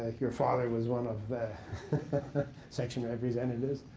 ah your father was one of section representatives.